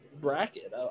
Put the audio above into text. bracket